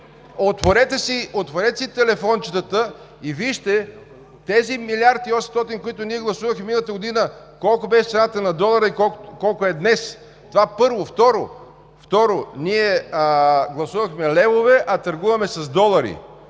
отворете си телефончетата и вижте този милиард и осемстотин, който ние гласувахме миналата година – колко беше цената на долара и колко е днес – това първо? Второ, гласувахме левове, а търгуваме с долари.